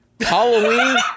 Halloween